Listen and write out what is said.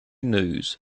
news